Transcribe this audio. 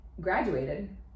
graduated